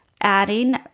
adding